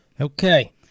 Okay